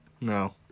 No